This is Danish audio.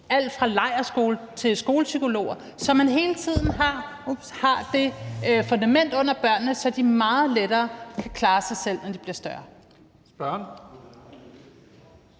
alt fra lejrskole til skolepsykologer, så man hele tiden har det fundament under børnene, så de meget lettere kan klare sig selv, når de bliver større.